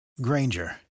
Granger